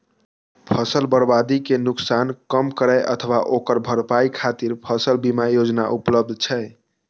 फसल बर्बादी के नुकसान कम करै अथवा ओकर भरपाई खातिर फसल बीमा योजना उपलब्ध छै